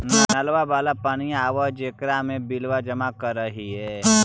नलवा वाला पनिया आव है जेकरो मे बिलवा जमा करहिऐ?